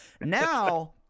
Now